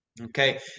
Okay